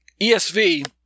ESV